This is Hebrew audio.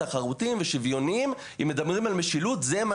תחרותיים ושוויוניים אם מדברים על משילות זה מה